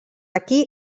aquí